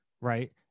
Right